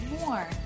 more